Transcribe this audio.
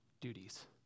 duties